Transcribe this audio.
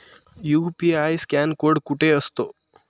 UPI scan code कुठे असतो?